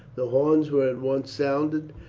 the horns were at once sounded,